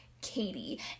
Katie